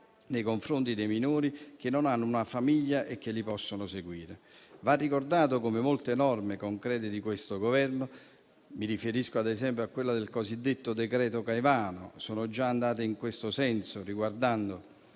nei confronti dei minori che non hanno una famiglia che li possa seguire. Va ricordato come molte norme concrete di questo Governo - mi riferisco, ad esempio, a quella del cosiddetto decreto Caivano - sono già andate in questo senso, riguardando